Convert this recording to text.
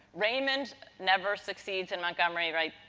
raymond never succeeds in montgomery, right,